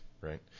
right